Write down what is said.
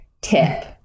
tip